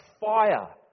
fire